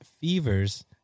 fevers